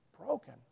broken